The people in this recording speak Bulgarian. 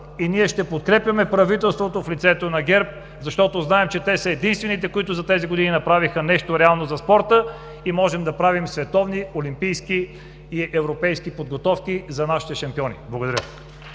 Ние ще подкрепяме правителството в лицето на ГЕРБ, защото знаем, че те са единствените, които за тези години направиха нещо реално за спорта и можем да правим световни, олимпийски и европейски подготовки за нашите шампиони!“